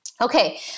Okay